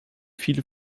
viele